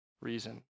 reason